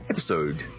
Episode